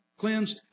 cleansed